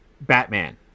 Batman